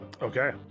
okay